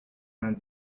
vingt